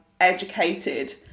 educated